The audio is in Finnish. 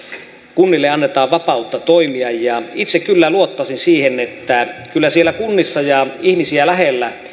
kunnille annetaan vapautta toimia itse kyllä luottaisin siihen että kyllä siellä kunnissa ja ihmisiä lähellä